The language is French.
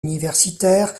universitaire